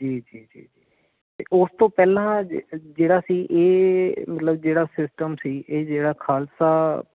ਜੀ ਜੀ ਜੀ ਉਸ ਤੋਂ ਪਹਿਲਾਂ ਜਿਹੜਾ ਸੀ ਇਹ ਮਤਲਬ ਜਿਹੜਾ ਸਿਸਟਮ ਸੀ ਇਹ ਜਿਹੜਾ ਖਾਲਸਾ